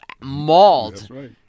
mauled